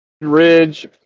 Ridge